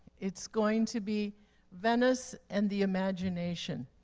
it's going to be venice and the imagination.